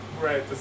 right